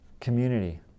community